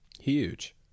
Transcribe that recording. Huge